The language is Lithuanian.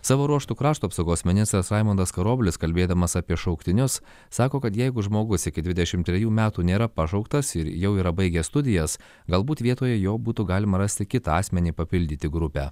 savo ruožtu krašto apsaugos ministras raimundas karoblis kalbėdamas apie šauktinius sako kad jeigu žmogus iki dvidešimt trejų metų nėra pašauktas ir jau yra baigę studijas galbūt vietoje jo būtų galima rasti kitą asmenį papildyti grupę